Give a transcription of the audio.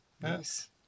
nice